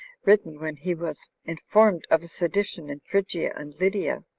written when he was informed of a sedition in phrygia and lydia,